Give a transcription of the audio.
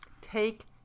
Take